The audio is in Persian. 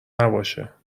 نباشه